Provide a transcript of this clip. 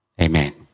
Amen